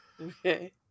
Okay